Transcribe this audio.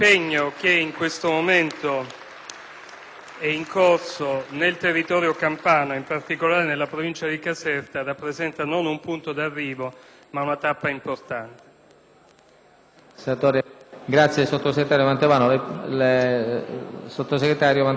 in atto nel territorio campano, in particolare nella provincia di Caserta, che rappresenta non un punto di arrivo, ma comunque una tappa importante.